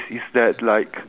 !wah! sh~